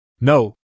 No